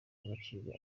agaciro